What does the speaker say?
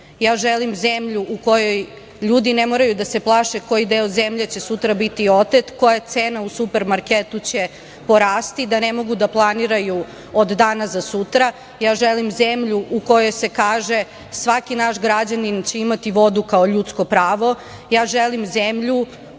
Ja želim zemlju u kojoj ljudi ne moraju da se plaše koji deo zemlje će sutra biti otet, koja je cena u supermarketu će porasti, da ne mogu da planiraju od danas za sutra. Želim zemlju u kojoj se kaže - svaki naš građanin će imati vodu kao ljudsko pravo. Želim zemlju